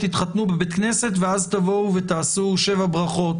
תתחתנו בבית כנסת ואז תבואו ותעשו שבע ברכות